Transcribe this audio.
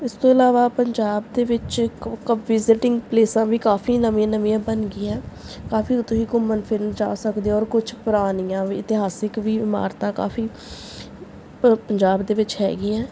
ਇਸ ਤੋਂ ਇਲਾਵਾ ਪੰਜਾਬ ਦੇ ਵਿੱਚ ਕ ਵਿਜਿਟਿੰਗ ਪਲੇਸਾਂ ਵੀ ਕਾਫ਼ੀ ਨਵੀਆਂ ਨਵੀਆਂ ਬਣ ਗਈਆਂ ਕਾਫ਼ੀ ਤੁਸੀਂ ਘੁੰਮਣ ਫਿਰਨ ਜਾ ਸਕਦੇ ਹੋ ਔਰ ਕੁਛ ਪੁਰਾਣੀਆਂ ਵੀ ਇਤਿਹਾਸਕ ਵੀ ਇਮਾਰਤਾਂ ਕਾਫ਼ੀ ਪ ਪੰਜਾਬ ਦੇ ਵਿੱਚ ਹੈਗੀਆਂ